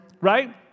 right